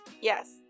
Yes